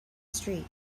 street